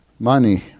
money